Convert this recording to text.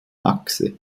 achse